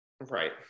right